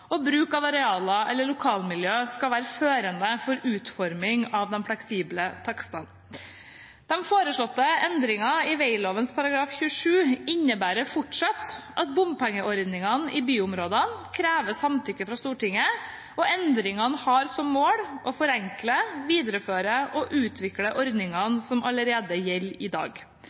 og bruk av arealer eller lokalmiljø skal være førende for utforming av de fleksible takstene. De foreslåtte endringene i veglovens § 27 innebærer fortsatt at bompengeordningene i byområdene krever samtykke fra Stortinget, og endringene har som mål å forenkle, videreføre og utvikle ordningene som allerede gjelder i dag.